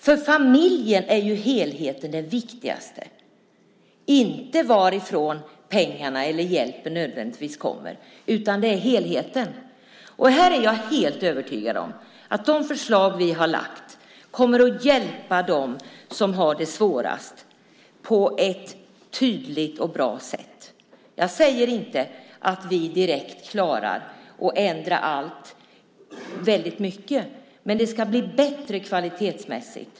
För familjen är helheten det viktigaste, inte varifrån pengarna eller hjälpen nödvändigtvis kommer utan det är helheten. Här är jag helt övertygad om att de förslag som vi har lagt fram kommer att hjälpa dem som har det svårast på ett tydligt och bra sätt. Jag säger inte att vi direkt klarar att ändra allt väldigt mycket. Men det ska bli bättre kvalitetsmässigt.